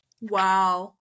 Wow